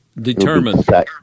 determined